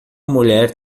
mulher